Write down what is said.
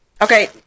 Okay